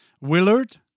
Willard